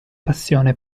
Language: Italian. passione